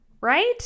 Right